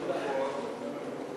לוועדת החינוך,